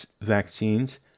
vaccines